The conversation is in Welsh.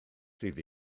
sydd